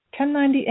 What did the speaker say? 1098